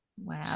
Wow